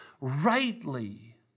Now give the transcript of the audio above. rightly